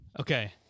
Okay